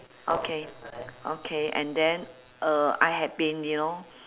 okay okay and then uh I had been you know